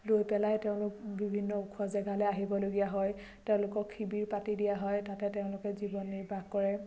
লৈ পেলাই তেওঁলোক বিভিন্ন ওখ জেগালৈ আহিবলগীয়া হয় তেওঁলোকক শিবিৰ পাতি দিয়া হয় তাতে তেওঁলোকে জীৱন নিৰ্বাহ কৰে